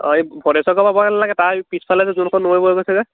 এই ভদেশ্বৰ ঘৰ পাবগৈ নালাগে তাৰ পিছফালে যে যোনখন নৈ বৈ গৈছোঁ যে